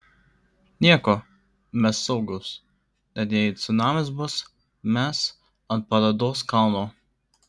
nieko mes saugūs net jei cunamis bus mes ant parodos kalno